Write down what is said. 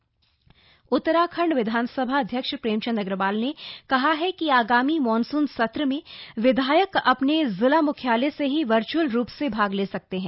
विधानसभा अध्यक्ष उत्तराखंड विधानसभा अध्यक्ष प्रेमचंद अग्रवाल ने कहा है कि आगामी मॉनसून सत्र में विधायक अपने जिला मुख्यालय से ही वर्ष्यअल रूप से भाग ले सते हैं